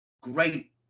great